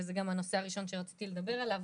וזה גם הנושא הראשון שרציתי לדבר עליו.